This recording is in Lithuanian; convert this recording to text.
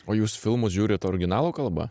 o jūs filmus žiūrit originalo kalba